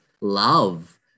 love